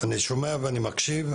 אני שומע ואני מקשיב,